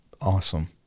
Awesome